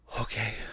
Okay